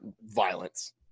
violence